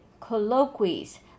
Colloquies